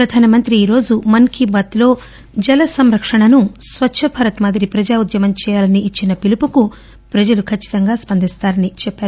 ప్రధానమంత్రి ఈరోజు మన్ కీ బాత్ లో జల సంరక్షణను స్వచ్చభారత్ మాదిరి ప్రజా ఉద్యమం చేయాలని ఇచ్చిన పిలుపుకు ఖచ్చితంగా ప్రజలు స్పందిస్తారని చెప్పారు